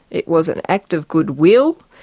it was an act of goodwill,